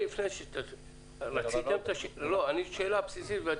רציתם את השינוי הזה?